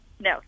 No